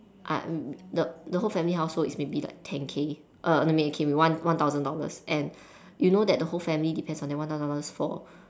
uh the the whole family household is maybe like ten K err one one thousand dollars and you know that the whole family depends on that one thousand dollars for